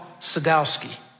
Sadowski